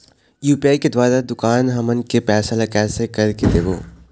UPI के द्वारा दुकान हमन के पैसा ला कैसे कर के देबो?